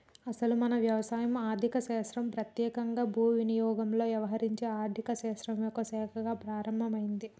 అసలు మన వ్యవసాయం ఆర్థిక శాస్త్రం పెత్యేకంగా భూ వినియోగంతో యవహరించే ఆర్థిక శాస్త్రం యొక్క శాఖగా ప్రారంభమైంది